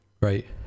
right